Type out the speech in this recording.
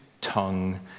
tongue